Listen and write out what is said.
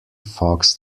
fox